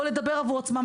או לדבר עבור עצמם.